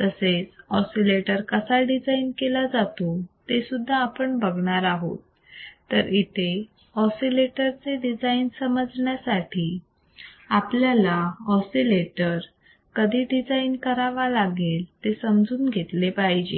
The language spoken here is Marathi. तसेच ऑसिलेटर कसा डिझाईन केला जातो तेसुद्धा आपण बघणार आहोत तर इथे ऑसिलेटर चे डिझाईन समजण्याआधी आपल्याला ऑसिलेटर कधी डिजाइन करावा लागेल ते समजून घेतले पाहिजे